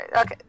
Okay